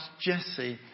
Jesse